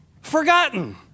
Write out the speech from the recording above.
forgotten